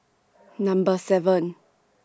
Number seven